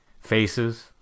faces